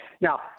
Now